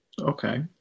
Okay